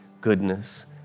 goodness